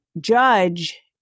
judge